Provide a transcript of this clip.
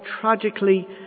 tragically